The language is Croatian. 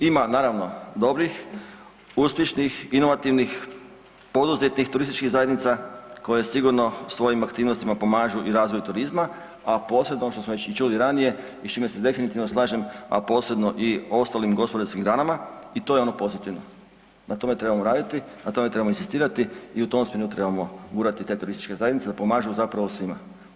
Ima naravno dobrih, uspješnih, inovativnih, poduzetnih turističkih zajednica koje sigurno svojim aktivnostima pomažu i razvoju turizma, a posebno što smo već čuli i ranije i s čime se definitivno slažem, a posebno i ostalim gospodarskim granama i to je ono pozitivno, na tome trebamo raditi, na tome trebamo inzistirati i u tom smjeru trebamo gurati te turističke zajednice da pomažu zapravo svima.